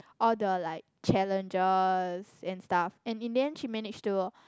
all the like challenges and stuff and in the end she manages to